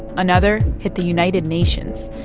another hit the united nations,